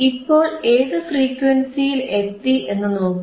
ഇപ്പോൾ ഏതു ഫ്രീക്വൻസിയിൽ എത്തി എന്നു നോക്കൂ